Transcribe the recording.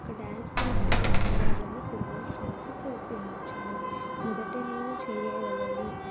ఒక డ్యాన్స్ గ్రూపులో చేరాలని కొందరు ఫ్రెండ్స్ ప్రోత్సహించారు మొదట నేను చేయగలనా